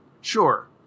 Sure